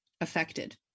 affected